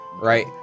right